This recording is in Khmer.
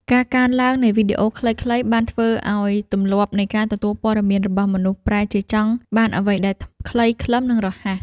ការកើនឡើងនៃវីដេអូខ្លីៗបានធ្វើឱ្យទម្លាប់នៃការទទួលព័ត៌មានរបស់មនុស្សប្រែជាចង់បានអ្វីដែល ខ្លីខ្លឹម និងរហ័ស។